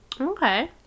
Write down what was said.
okay